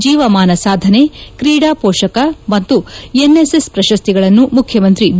ಜೀವಮಾನ ಸಾಧನೆ ಕ್ರೀಡಾ ಮೋಷಕ ಮತ್ತು ಎನ್ ಎಸ್ ಎಸ್ ಪ್ರಶಸ್ತಿಗಳನ್ನು ಮುಖ್ಯಮಂತ್ರಿ ಬಿ